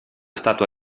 statua